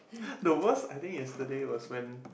the worst I think yesterday was when